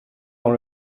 dans